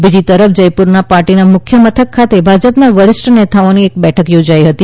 બીજી તરફ જયપુરમાં પાર્ટીના મુખ્ય મથક ખાતે ભાજપના વરિષ્ઠ નેતાઓની એક બેઠક પણ યોજાઇ હતી